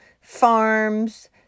farms